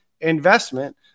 investment